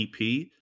EP